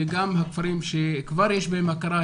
וגם הכפרים שכבר יש בהם הכרה,